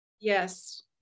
Yes